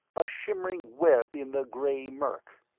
a shimmering web in the gray murk.